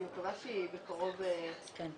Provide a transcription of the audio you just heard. אני מקווה שהיא בקרוב תצא.